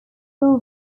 four